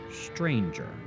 stranger